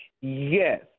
Yes